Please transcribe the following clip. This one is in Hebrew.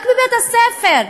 רק בבית-הספר.